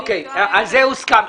על זה הוסכם.